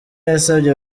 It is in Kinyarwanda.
yasabye